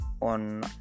on